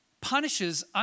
punishes